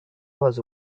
was